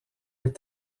les